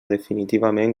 definitivament